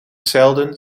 zelden